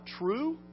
true